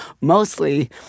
mostly